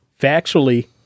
Factually